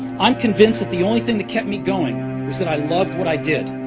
i'm convinced that the only thing that kept me going was that i loved what i did.